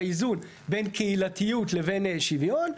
באיזון בין קהילתיות לבין שוויון.